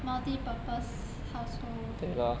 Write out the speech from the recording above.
multi purpose household